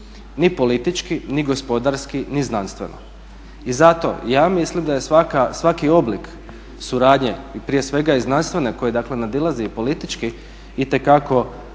ni politički, ni gospodarski, ni znanstveno. I zato ja mislim daje svaki oblik suradnje i prije svega i znanstvene koja nadilazi politički itekako